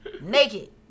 Naked